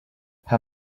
her